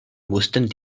mussten